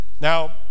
Now